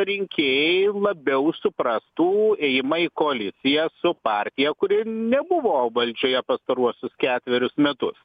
rinkėjai labiau suprastų ėjimą į koaliciją su partija kuri nebuvo valdžioje pastaruosius ketverius metus